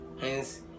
hence